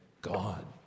God